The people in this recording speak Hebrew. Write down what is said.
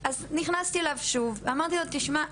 אז נכנסתי אליו שוב ואמרתי לו "..תשמע,